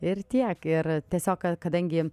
ir tiek ir tiesiog ka kadangi